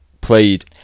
played